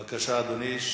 בבקשה, אדוני.